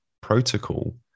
protocol